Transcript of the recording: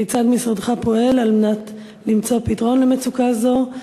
כיצד משרדך פועל על מנת למצוא פתרון למצוקה זו?